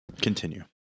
Continue